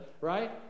right